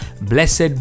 blessed